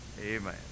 Amen